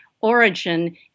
origin